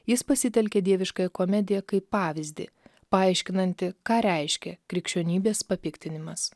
jis pasitelkė dieviškąją komediją kaip pavyzdį paaiškinantį ką reiškia krikščionybės papiktinimas